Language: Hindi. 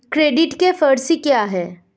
क्रेडिट के फॉर सी क्या हैं?